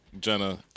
Jenna